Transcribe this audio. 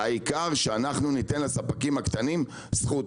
העיקר שאנחנו ניתן לספקים הקטנים זכות.